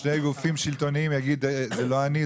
ששני גופים שלטוניים יגידו זה לא אני,